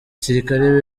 gisirikare